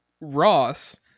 Ross